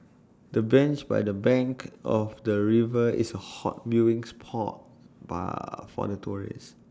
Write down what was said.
the bench by the bank of the river is A hot viewing spot for tourists